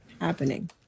happening